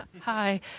Hi